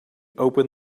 open